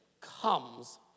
comes